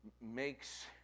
makes